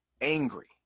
angry